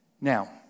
Now